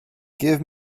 give